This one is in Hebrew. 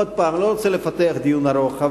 עוד פעם, אני לא רוצה לפתח דיון ארוך.